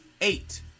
eight